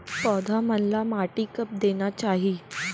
पौधा मन ला माटी कब देना चाही?